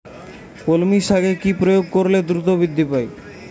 কলমি শাকে কি প্রয়োগ করলে দ্রুত বৃদ্ধি পায়?